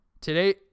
today